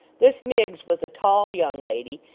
this miggs was a tall young lady,